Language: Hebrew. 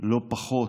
לא פחות,